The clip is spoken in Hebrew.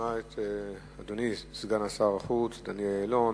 נשמע את אדוני סגן שר החוץ דני אילון,